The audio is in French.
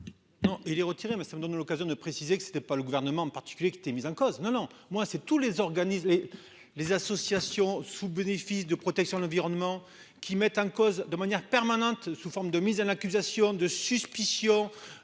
Non il est retiré mais ça me donne l'occasion de préciser que c'était pas le gouvernement en particulier qui, mis en cause. Non non moi c'est tous les organismes, les les associations sous bénéfice de protection de l'environnement qui mettent en cause de manière permanente sous forme de mise en accusation de suspicion.